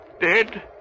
dead